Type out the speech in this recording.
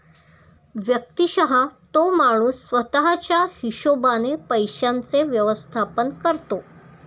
व्यक्तिशः तो माणूस स्वतः च्या हिशोबाने पैशांचे व्यवस्थापन करतो